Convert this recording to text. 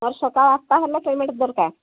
ମୋର ସକାଳ ଆଠଟା ହେଲେ ପ୍ୟାମେଣ୍ଟ ଦରକାର